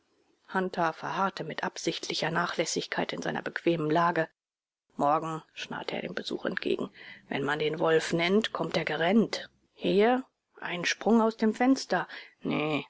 hunter verharrte mit absichtlicher nachlässigkeit in seiner bequemen lage morgen schnarrte er dem besuch entgegen wenn man den wolf nennt kommt er gerennt hier ein sprung aus dem fenster nee